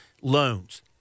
loans